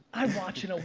i watch you know